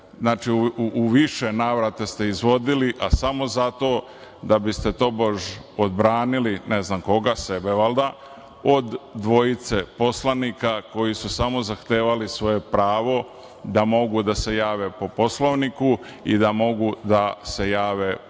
ovde, u više navrata ste izvodili, a samo zato da biste tobož odbranili ne znam koga, sebe valjda, od dvojice poslanika koji su samo zahtevali svoje pravo da mogu da se jave po Poslovniku i da mogu da se jave po